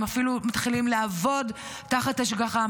הם אפילו מתחילים לעבוד תחת השגחה,